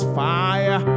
fire